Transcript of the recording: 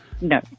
No